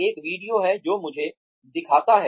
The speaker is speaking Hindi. एक वीडियो है जो मुझे दिखाता है